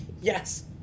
Yes